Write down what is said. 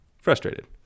frustrated